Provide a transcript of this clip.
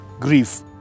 grief